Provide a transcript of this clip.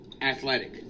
athletic